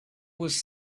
was